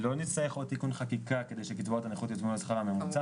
לא נצטרך עוד תיקון חקיקה כדי שקצבאות הנכות יוצמדו לשכר הממוצע,